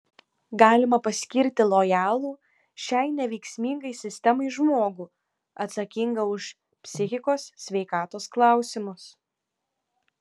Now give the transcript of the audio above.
galima paskirti lojalų šiai neveiksmingai sistemai žmogų atsakingą už psichikos sveikatos klausimus